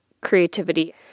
creativity